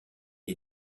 est